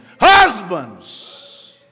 Husbands